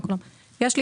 הגענו